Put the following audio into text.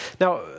Now